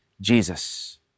Jesus